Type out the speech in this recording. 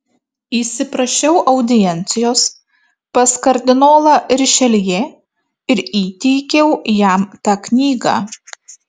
įsiprašiau audiencijos pas kardinolą rišeljė ir įteikiau jam tą knygą